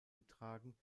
getragen